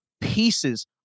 pieces